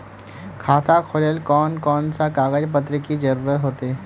खाता खोलेले कौन कौन सा कागज पत्र की जरूरत होते?